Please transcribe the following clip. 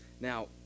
Now